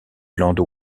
landau